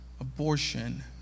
abortion